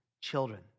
children